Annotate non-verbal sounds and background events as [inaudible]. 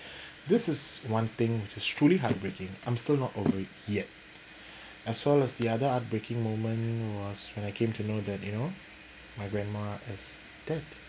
[breath] this is one thing it's truly heartbreaking I'm still not over it yet as well as the other heartbreaking moment was when I came to know that you know my grandma is dead